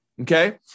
Okay